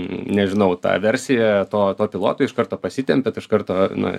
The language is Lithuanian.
nežinau tą versiją to to piloto iš karto pasitempiat iš karto na